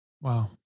Wow